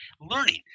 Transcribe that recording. learning